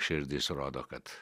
širdis rodo kad